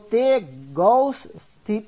તો તે ગૌસ સ્થિતિ છે